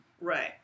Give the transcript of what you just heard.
right